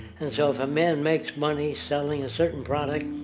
and so if a man makes money selling a certain product,